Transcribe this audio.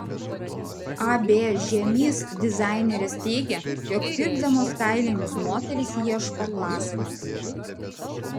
ab žiemys dizainerės teigė jog pirkdamos kailinius moterys ieško klasikos